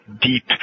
Deep